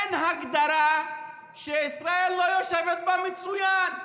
אין הגדרה שישראל לא יושבת בה מצוין.